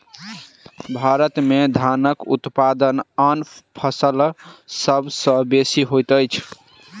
भारत में धानक उत्पादन आन फसिल सभ सॅ बेसी होइत अछि